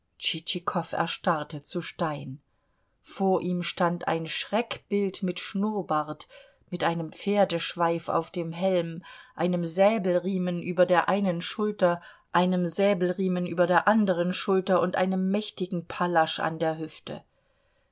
erstarrte zu stein vor ihm stand ein schreckbild mit schnurrbart mit einem pferdeschweif auf dem helm einem säbelriemen über der einen schulter einem säbelriemen über der anderen schulter und einem mächtigen pallasch an der hüfte